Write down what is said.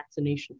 vaccinations